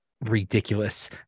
ridiculous